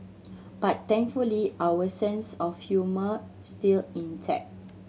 but thankfully our sense of humour still intact